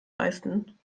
leisten